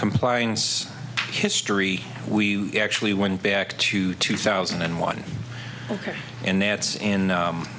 compliance history we actually went back to two thousand and one ok and that's in and